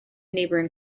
neighbouring